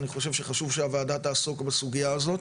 אני חושב שחשוב שהוועדה תעסוק בסוגיה הזאת